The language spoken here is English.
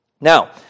Now